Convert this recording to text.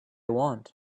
want